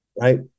right